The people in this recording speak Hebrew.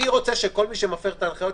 אני רוצה שכל מי שמפר את ההנחיות,